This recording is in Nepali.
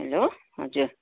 हेलो हजुर